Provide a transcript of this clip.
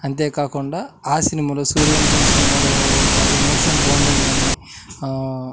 అంతేకాకుండా ఆ సినిమాలో సూర్యవంశం సినిమాలో ఉన్న ఎమోషనల్ బాండింగ్ కానీ